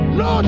no